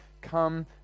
come